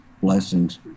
blessings